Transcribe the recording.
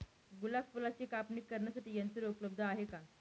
गुलाब फुलाची कापणी करण्यासाठी यंत्र उपलब्ध आहे का?